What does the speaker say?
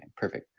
and perfect.